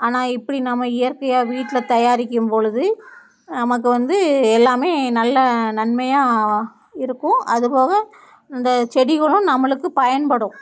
ஆனால் இப்படி நாம் இயற்கையாக வீட்டில் தயாரிக்கும் பொழுது நமக்கு வந்து எல்லாம் நல்லா நன்மையாக இருக்கும் அதுபோக இந்த செடிகளும் நம்மளுக்கு பயன்படும்